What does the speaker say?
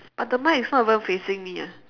but the mike is not even facing me ah